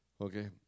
Okay